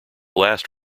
last